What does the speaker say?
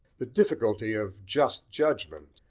the difficulty of just judgment,